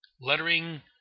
lettering